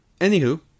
Anywho